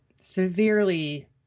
severely